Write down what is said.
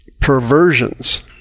perversions